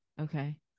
Okay